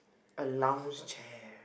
a lounge chair